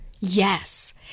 Yes